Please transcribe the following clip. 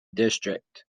district